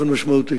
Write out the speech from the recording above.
מים,